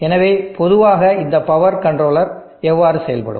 எனவே பொதுவாக இந்த பவர் கண்ட்ரோலர் எவ்வாறு செயல்படும்